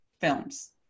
films